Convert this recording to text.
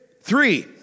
three